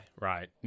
right